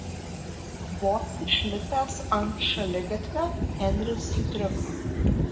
vos išlipęs ant šaligatvio henris sutriko